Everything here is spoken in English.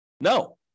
No